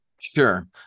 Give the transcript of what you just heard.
Sure